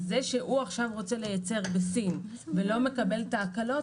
אז זה שהוא עכשיו רוצה לייצר בסין ולא מקבל את ההקלות,